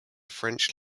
french